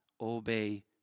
obey